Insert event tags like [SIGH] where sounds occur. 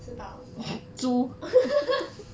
吃饱 [LAUGHS]